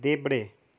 देब्रे